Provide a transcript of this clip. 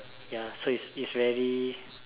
ya so it's it's very